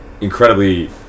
incredibly